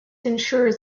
ensures